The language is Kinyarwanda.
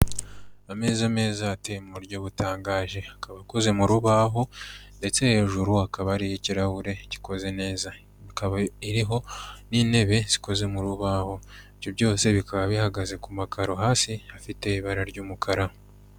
Ameza meza ateye mu buryo butangaje, akaba akoze mu rubaho ndetse hejuru hakaba hariho ikirahure gikoze neza, ikaba iriho n'intebe zikoze mu rubaho, ibyo byose bikaba bihagaze ku makaro hasi hafite ibara ry'umukara.